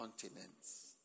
continents